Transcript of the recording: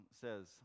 says